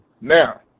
Now